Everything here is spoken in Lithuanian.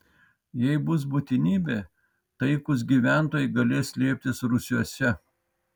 jei bus būtinybė taikūs gyventojai galės slėptis rūsiuose